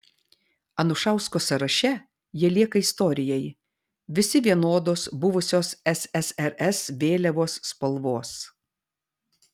anušausko sąraše jie lieka istorijai visi vienodos buvusios ssrs vėliavos spalvos